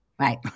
right